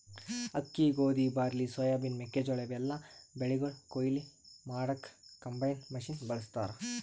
ಅಕ್ಕಿ ಗೋಧಿ barley soybean ಮೆಕ್ಕೆಜೋಳಾ ಇವೆಲ್ಲಾ ಬೆಳಿಗೊಳ್ ಕೊಯ್ಲಿ ಮಾಡಕ್ಕ್ ಕಂಬೈನ್ ಮಷಿನ್ ಬಳಸ್ತಾರ್